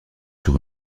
sur